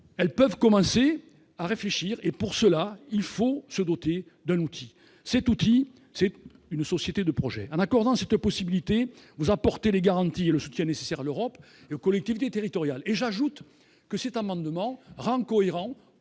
Elles commencent donc à réfléchir, mais elles ont besoin d'un outil, à savoir d'une société de projet. En accordant cette possibilité, vous apportez les garanties et le soutien nécessaires à l'Europe et aux collectivités territoriales. J'ajoute que cet amendement est cohérent